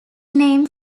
name